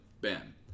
bam